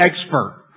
expert